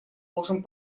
можем